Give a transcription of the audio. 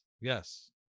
Yes